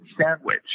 sandwich